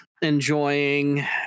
enjoying